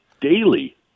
daily